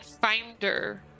finder